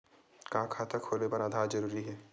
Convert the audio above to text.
का खाता खोले बर आधार जरूरी हे?